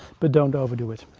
but don't overdo it.